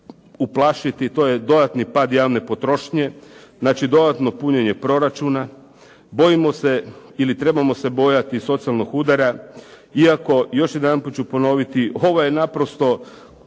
uplašiti to je dodatni pad javne potrošnje, znači dodatno punjenje proračuna, bojimo se ili trebamo se bojati socijalnog udara iako, još jedanput ću ponoviti, ovo je naprosto